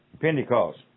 Pentecost